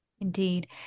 Indeed